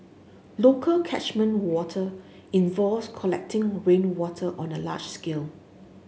local catchment water involves collecting rainwater on a large scale